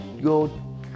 go